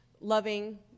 loving